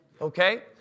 Okay